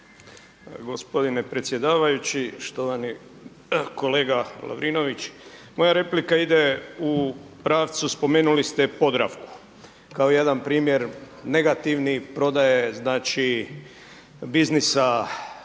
Gospodine predsjedavajući, štovani kolega Lovrinović! Moja replika ide u pravcu spomenuli ste Podravku kao jedan primjer negativni prodaje biznisa